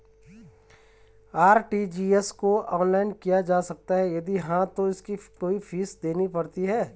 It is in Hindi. आर.टी.जी.एस को ऑनलाइन किया जा सकता है यदि हाँ तो इसकी कोई फीस देनी पड़ती है?